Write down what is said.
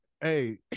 hey